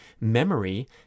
memory